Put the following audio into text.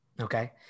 Okay